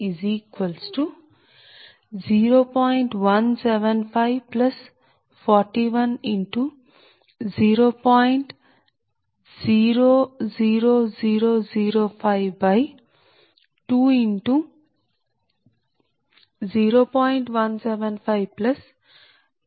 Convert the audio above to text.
000052 0